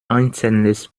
einzelnes